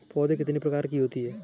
पौध कितने प्रकार की होती हैं?